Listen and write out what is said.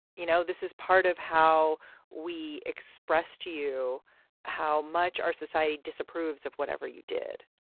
you know, this is part of how we express to you how much our society disapproves of whatever you did.